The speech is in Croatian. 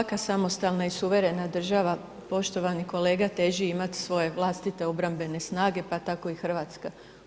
Svaka samostalna i suverena država, poštovani kolega teži imati svoje vlastite obrambene snage, pa tako i Hrvatska.